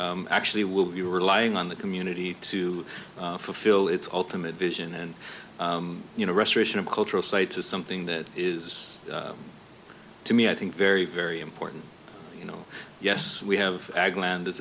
actually will be relying on the community to fulfill its ultimate vision and you know restoration of cultural sites is something that is to me i think very very important you know yes we have agel and i